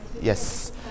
Yes